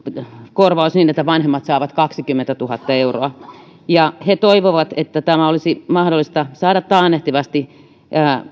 korvaus niin että vanhemmat saavat kaksikymmentätuhatta euroa he toivovat että tämä olisi mahdollista saada taannehtivasti